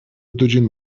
دوجین